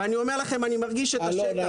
אני מרגיש את השטח.